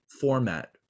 format